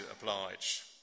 oblige